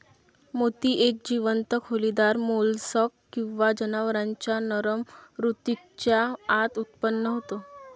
मोती एक जीवंत खोलीदार मोल्स्क किंवा जनावरांच्या नरम ऊतकेच्या आत उत्पन्न होतो